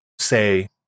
say